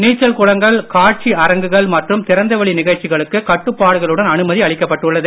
நீச்சல் குளங்கள் காட்சி அரங்குகள் மற்றும் திறந்தவெளி நிகழ்ச்சிகளுக்கு கட்டுப்பாடுகளுடன் அனுமதி அளிக்கப்பட்டுள்ளது